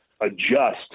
adjust